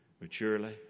maturely